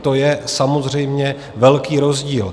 To je samozřejmě velký rozdíl.